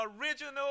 original